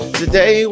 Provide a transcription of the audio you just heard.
today